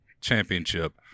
championship